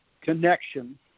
connection